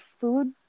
food